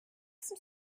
some